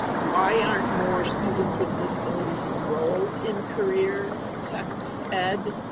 why aren't more students with disabilities enrolled in career tech ed?